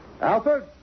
Alfred